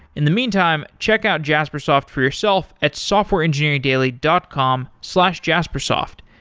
in the meantime, check out jaspersoft for yourself at softwareengineeringdaily dot com slash jaspersoft.